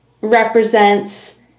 represents